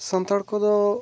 ᱥᱟᱱᱛᱟᱲ ᱠᱚᱫᱚ